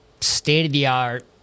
state-of-the-art